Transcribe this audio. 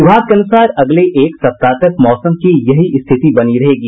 विभाग के अनुसार अगले एक सप्ताह तक मौसम की यही स्थिति बनी रहेगी